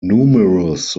numerous